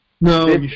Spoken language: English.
no